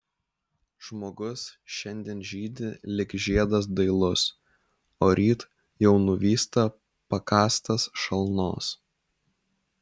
žmogus šiandien žydi lyg žiedas dailus o ryt jau nuvysta pakąstas šalnos